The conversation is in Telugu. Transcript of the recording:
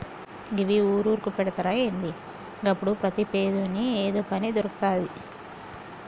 గివ్వి ఊరూరుకు పెడ్తరా ఏంది? గప్పుడు ప్రతి పేదోని ఏదో పని దొర్కుతది